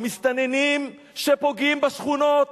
המסתננים שפוגעים בשכונות